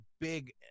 big